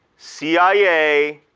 cia,